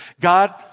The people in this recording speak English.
God